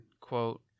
Quote